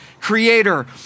creator